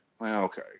Okay